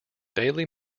daily